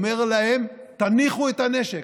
ואומר להם: תניחו את הנשק.